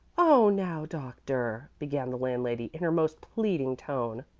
oh, now, doctor! began the landlady, in her most pleading tone.